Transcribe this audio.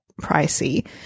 pricey